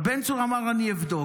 עכשיו, בן צור אמר: אני אבדוק.